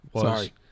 Sorry